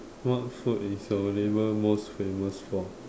what food is your neighbour most famous for